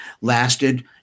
lasted